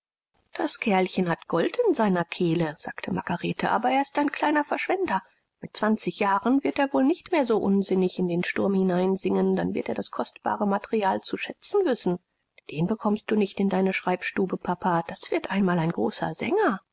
das kerlchen hat gold in seiner kehle sagte margarete aber er ist ein kleiner verschwender mit zwanzig jahren wird er wohl nicht mehr so unsinnig in den sturm hineinsingen dann wird er das kostbare material zu schätzen wissen den bekommst du nicht in deine schreibstube papa das wird einmal ein großer sänger